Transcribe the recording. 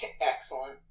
Excellent